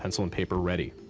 and so and paper ready.